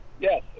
Yes